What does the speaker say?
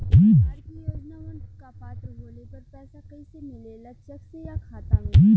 सरकार के योजनावन क पात्र होले पर पैसा कइसे मिले ला चेक से या खाता मे?